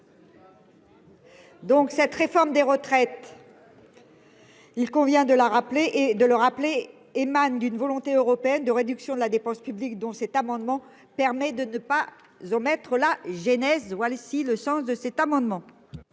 Donc cette réforme des retraites. Il convient de la rappeler et de le rappeler, émane d'une volonté européenne de réduction de la dépense publique dont cet amendement permet de ne pas omettre la jeunesse si le sens de cet amendement.